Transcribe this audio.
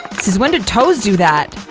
since when do toes do that!